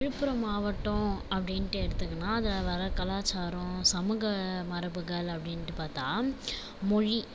விழுப்புரம் மாவட்டம் அப்படின்ட்டு எடுத்துகினா அதில் வர கலாச்சரம் சமூக மரபுகள் அப்படின்ட்டு பார்த்தா மொழி